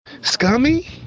Scummy